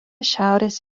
šiaurės